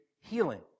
healing